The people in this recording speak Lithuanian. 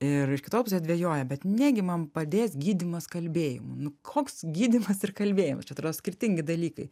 ir iš kitos pusės dvejoja bet negi man padės gydymas kalbėjimu koks gydymas ir kalbėjimas čia atrodo skirtingi dalykai